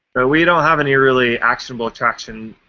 ah we don't have any really actual traction